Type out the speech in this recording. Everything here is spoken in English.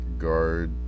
Guard